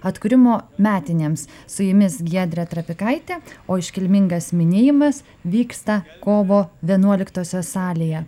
atkūrimo metinėms su jumis giedrė trapikaitė o iškilmingas minėjimas vyksta kovo vienuoliktosios salėje